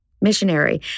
missionary